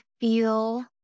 feel